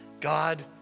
God